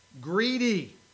greedy